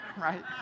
right